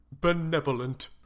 Benevolent